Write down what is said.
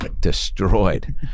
destroyed